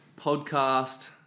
Podcast